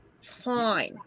Fine